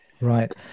right